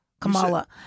Kamala